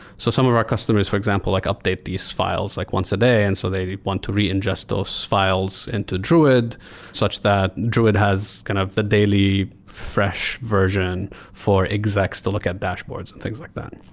so some of our customers, for example, like update these files like once a day and so they want to re-ingest those files into druid such that druid has kind of the daily fresh version for execs to look at dashboards and things like that.